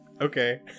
okay